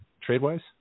trade-wise